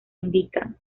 indican